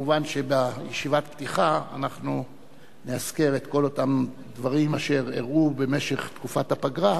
כמובן שבישיבת הפתיחה אנחנו נאזכר את כל אותם דברים שאירעו בתקופת הפגרה